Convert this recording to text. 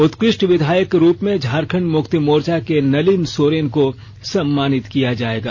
उत्कष्ट विधायक के रूप में झारखंड मुक्ति मोर्चा के नलिन सोरेन को सम्मानित किया जाएगा